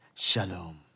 Shalom